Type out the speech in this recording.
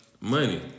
Money